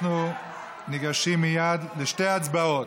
אנחנו ניגשים מייד לשתי הצבעות.